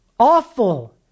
Awful